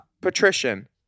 Patrician